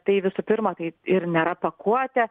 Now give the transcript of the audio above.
tai visų pirma taip ir nėra pakuotė